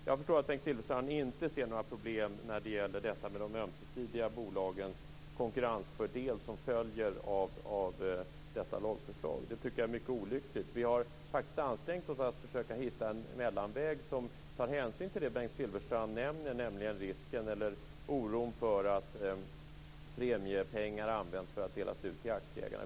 Jag förstår att Bengt Silfverstrand inte ser några problem när det gäller de ömsesidiga bolagens konkurrensfördel som följer av detta lagförslag. Jag tycker att det är mycket olyckligt. Vi har faktiskt ansträngt oss för att försöka hitta en mellanväg som tar hänsyn till det Bengt Silfverstrand nämner, nämligen risken eller oron för att premiepengar används för att delas ut till aktieägare.